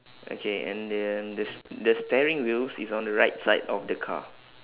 okay and then the s~ the steering wheels is on the right side of the car